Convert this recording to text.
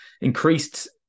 increased